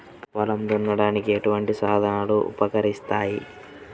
పొలం దున్నడానికి ఎటువంటి సాధనాలు ఉపకరిస్తాయి?